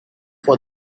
for